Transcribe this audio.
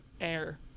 air